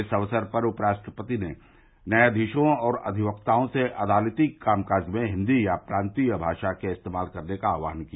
इस अवसर पर उप राष्ट्रपति ने न्यायाधीशों और अधिकताओं से अदालती कामकाज में हिन्दी या प्रान्तीय भाषा के इस्तेमाल का आहवान किया